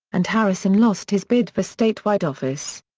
and harrison lost his bid for statewide office.